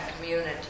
community